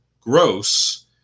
gross